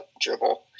dribble